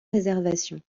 réservation